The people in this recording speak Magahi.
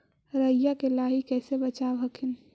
राईया के लाहि कैसे बचाब हखिन?